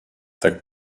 tak